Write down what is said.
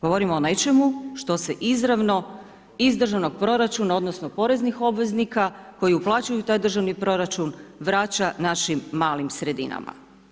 Govorim o nečemu, što se izravno iz državnog proračuna, odnosno, poreznih obveznika, koji uplaćuju u taj državni proračun, vraća našim malim sredinama.